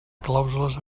clàusules